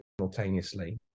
simultaneously